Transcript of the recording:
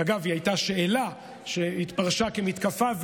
אגב, היא הייתה שאלה שהתפרשה כמתקפה.